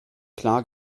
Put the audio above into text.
klar